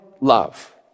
love